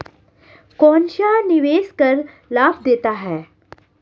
कौनसा निवेश कर लाभ देता है?